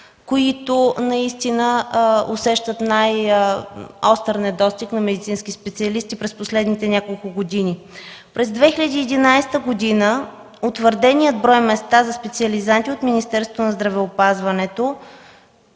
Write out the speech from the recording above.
които наистина усещат най-остър недостиг на медицински специалисти през последните няколко години. През 2011 г. утвърденият брой места за специализанти от Министерството на здравеопазването